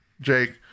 Jake